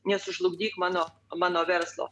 nesužlugdyk mano mano verslo